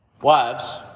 wives